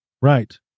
Right